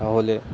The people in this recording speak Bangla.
তাহলে